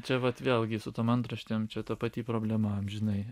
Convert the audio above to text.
čia vat vėlgi su tom antraštėm čia ta pati problema amžinai